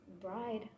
bride